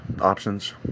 options